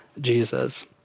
Jesus